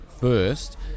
first